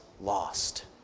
lost